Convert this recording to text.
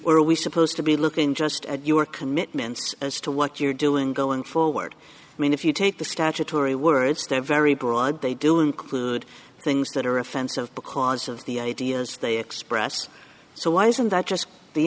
or are we supposed to be looking just at your commitments as to what you're doing going forward i mean if you take the statutory words they're very broad they do include things that are offensive because of the ideas they express so why isn't that just the